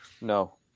No